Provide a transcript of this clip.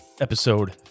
episode